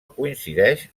coincideix